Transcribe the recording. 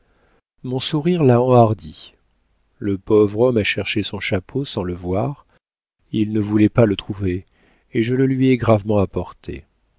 mon sourire l'a enhardi le pauvre homme a cherché son chapeau sans le voir il ne voulait pas le trouver et je le lui ai gravement apporté